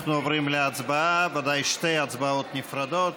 אנחנו עוברים להצבעה, שתי ההצבעות נפרדות.